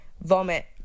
vomit